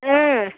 ம்